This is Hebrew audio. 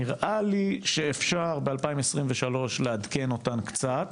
נראה לי שאפשר ב-2023 לעדכן אותן קצת,